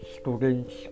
students